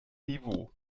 niveau